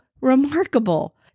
remarkable